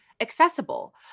accessible